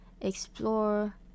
explore